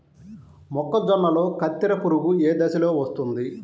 మొక్కజొన్నలో కత్తెర పురుగు ఏ దశలో వస్తుంది?